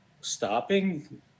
stopping